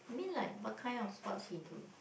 you mean like what kind of sports he do